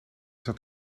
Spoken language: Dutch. zat